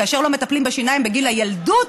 כאשר לא מטפלים בשיניים בגיל הילדות,